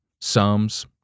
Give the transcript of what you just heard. Psalms